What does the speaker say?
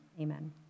amen